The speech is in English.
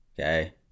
okay